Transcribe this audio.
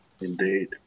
Indeed